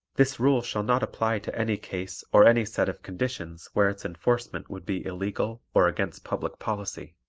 this rule shall not apply to any case or any set of conditions where its enforcement would be illegal or against public policy.